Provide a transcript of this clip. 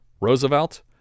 Roosevelt